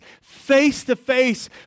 face-to-face